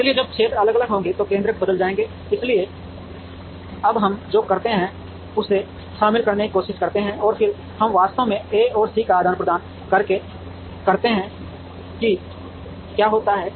इसलिए जब क्षेत्र अलग अलग होंगे तो केंद्रक बदल जाएंगे इसलिए अब हम जो करते हैं उसे शामिल करने की कोशिश करते हैं और फिर हम वास्तव में ए और सी का आदान प्रदान करते हैं कि क्या होता है